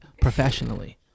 professionally